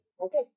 okay